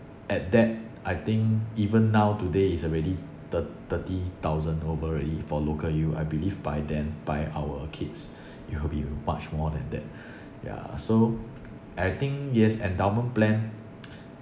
at that I think even now today it's already thir~ thirty thousand over already for local U I believe by then by our kids it'll be much more than that yeah so I think yes endowment plan